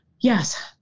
yes